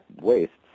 wastes